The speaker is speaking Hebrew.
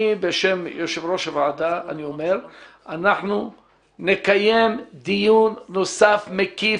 בשם יושב ראש הוועדה אני אומר שאנחנו נקיים דיון נוסף מקיף,